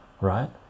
right